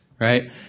Right